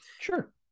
Sure